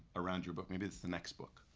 around your book? maybe it's the next book?